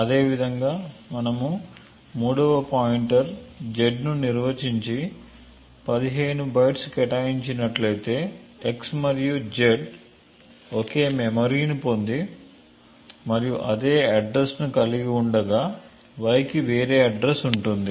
అదేవిధంగా మనము మూడవ పాయింటర్ z ను నిర్వచించి 15 బైట్స్ కేటాయించినట్లయితే x మరియు z ఒకే మెమరీని పొంది మరియు అదే అడ్రస్ ను కలిగి ఉండగా y కి వేరే అడ్రస్ ఉంటుంది